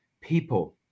people